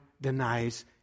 denies